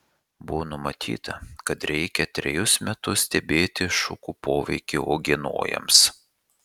buvo numatyta kad reikia trejus metus stebėti šukų poveikį uogienojams